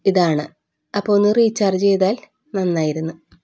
ഇതാണ് അപ്പോൾ ഒന്ന് റീചാർജ് ചെയ്താൽ നന്നായിരുന്നു